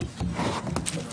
הישיבה ננעלה בשעה 15:54.